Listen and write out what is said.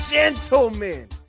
Gentlemen